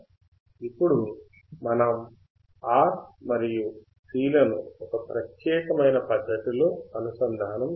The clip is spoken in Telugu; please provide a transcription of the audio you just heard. ఇప్పుడు మనం R మరియు C లను ఒక ప్రత్యేకమైన పద్ధతిలో అనుసంధానము చేయాలి